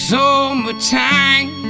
Summertime